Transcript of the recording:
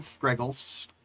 Greggles